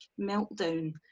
meltdown